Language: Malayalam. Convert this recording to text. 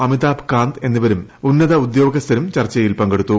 അമിതാഭ് കാന്ത് എന്നിവരും ഉന്നത ഉദ്യോഗസ്ഥരും ചർച്ചയിൽ പങ്കെടുത്തു